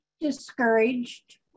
discouraged